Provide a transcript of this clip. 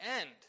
end